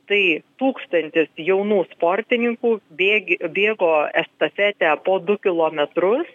tai tūkstantis jaunų sportininkų bėgi bėgo estafetę po du kilometrus